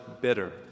bitter